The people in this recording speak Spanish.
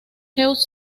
george